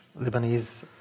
Lebanese